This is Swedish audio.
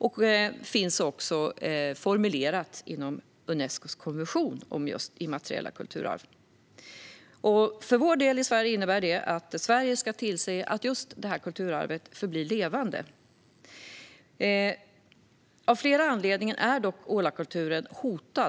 Detta finns formulerat i Unescos konvention om immateriella kulturarv. För vår del innebär detta att Sverige ska tillse att kulturarvet förblir levande. Av flera anledningar är dock ålakulturen hotad.